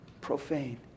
profane